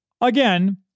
Again